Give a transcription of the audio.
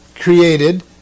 created